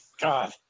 God